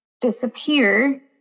disappear